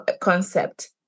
concept